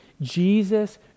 Jesus